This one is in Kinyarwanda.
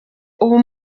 ubu